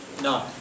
No